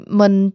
mình